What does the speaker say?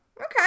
okay